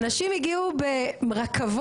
אנשים הגיעו ברכבות,